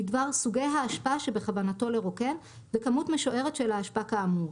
בדבר סוגי האשפה שבכוונתו לרוקן וכמות משוערת של האשפה כאמור,